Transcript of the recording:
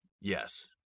yes